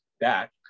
back